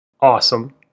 awesome